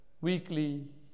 weekly